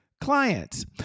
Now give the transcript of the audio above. clients